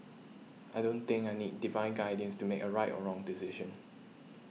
I don't think I need divine guidance to make a right or wrong decision